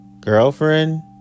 Girlfriend